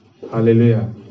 Hallelujah